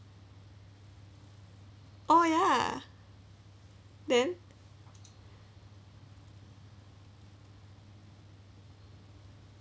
oh ya then